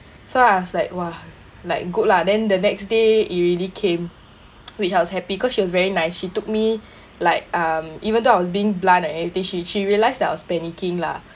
so I was like !wah! like good lah then the next day it really came which I was happy cause she was very nice she took me like um even though I was being blunt and then she she realised that I was panicking lah